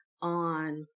on